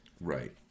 right